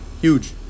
Huge